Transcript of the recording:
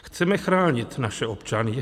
Chceme chránit naše občany.